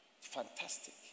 fantastic